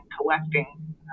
collecting